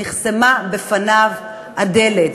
נחסמה בפניו הדלת.